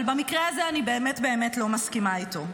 אבל במקרה הזה אני באמת לא מסכימה איתו.